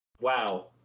wow